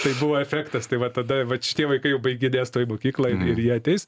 tai buvo efektas tai va tada vat šitie vaikai jau baiginės tuoj mokyklą ir jie ateis